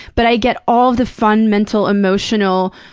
but i get all the fun mental, emotional